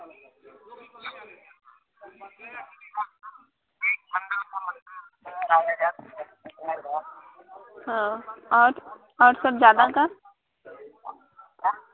हाँ और और सब ज़्यादा का